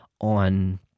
on